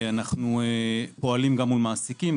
אנחנו פועלים גם מול מעסיקים,